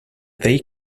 they